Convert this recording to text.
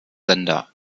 sender